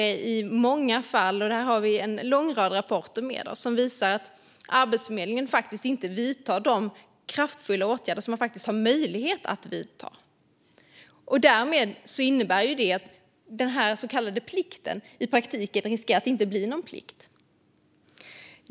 Vi har en lång rad rapporter som visar att Arbetsförmedlingen i många fall inte vidtar de kraftfulla åtgärder som man faktiskt har möjlighet att vidta. Då riskerar den så kallade plikten att i praktiken inte bli någon plikt.